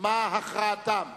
מה הכרעתם,